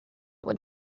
would